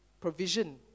provision